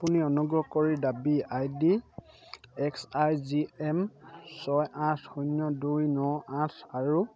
আপুনি অনুগ্ৰহ কৰি দাবী I D X I G M ছয় আঠ শূন্য দুই ন আঠ